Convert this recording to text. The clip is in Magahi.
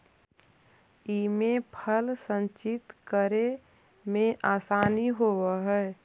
इमे फल संचित करे में आसानी होवऽ हई